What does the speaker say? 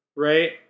right